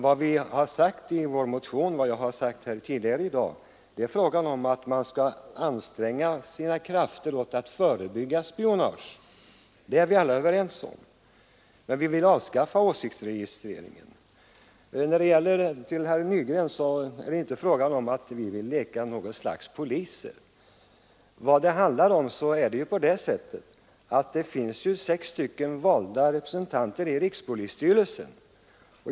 Vad vi har sagt i vår motion och vad jag sagt här tidigare i dag är att man skall anstränga sina krafter i syfte att förebygga spionage. Det är vi alla överens om. Men vi vill avskaffa åsiktsregistreringen. Till herr Nygren vill jag säga att det inte är fråga om att vi vill leka poliser. Vad det handlar om är att det finns sex valda representanter i rikspolisstyrelsen.